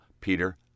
peter